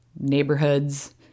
neighborhoods